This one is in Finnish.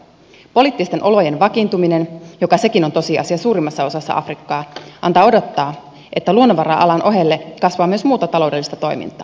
poliittisten olojen vakiintuminen joka sekin on tosiasia suurimmassa osassa afrikkaa antaa odottaa että luonnonvara alan ohelle kasvaa myös muuta taloudellista toimintaa